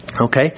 Okay